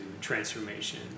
transformation